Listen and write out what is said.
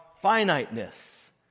finiteness